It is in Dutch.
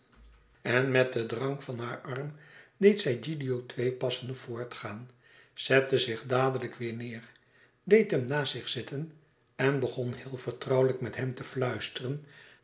en met den drang van haar arm deed zij gilio twee passen voort gaan zette zich dadelijk weêr neêr deed hem naast zich zitten en begon heel vertrouwelijk met hem te fluisteren